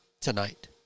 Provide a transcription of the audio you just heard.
tonight